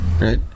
right